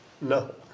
no